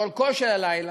לאורכו של הלילה,